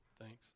thanks